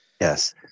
yes